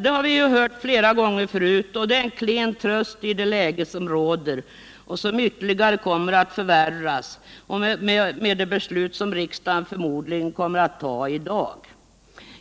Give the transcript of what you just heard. Det har vi hört flera gånger förut, och det är en klen tröst i det läge som råder och som ytterligare kommer att förvärras med det beslut som riksdagen förmodligen kommer att fatta i dag.